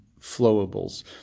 flowables